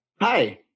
Hi